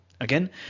Again